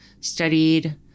studied